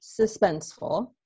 suspenseful